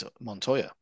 Montoya